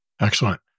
Excellent